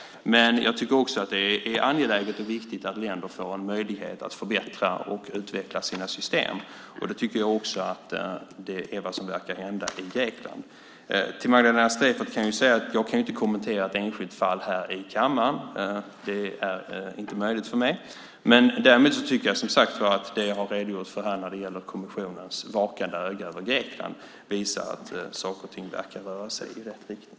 Men det är också angeläget och viktigt att länder får en möjlighet att förbättra och utveckla sina system. Det är också vad som verkar hända i Grekland. Till Magdalena Streijffert vill jag säga att jag inte kan kommentera ett enskilt fall här i kammaren. Det är inte möjligt för mig. Däremot har det som redogjorts här för kommissionens vakande öga när det gäller Grekland visat att saker och ting verkar röra sig i rätt riktning.